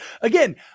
again